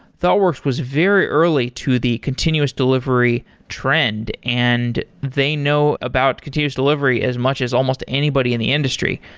thoughtworks was very early to the continuous delivery trend and they know about continues delivery as much as almost anybody in the industry.